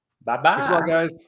Bye-bye